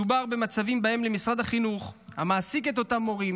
מדובר במצבים שבהם למשרד החינוך המעסיק את אותם מורים